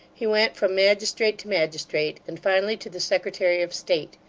he went from magistrate to magistrate, and finally to the secretary of state.